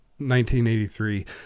1983